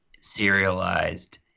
serialized